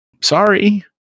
Sorry